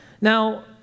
Now